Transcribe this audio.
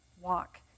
walk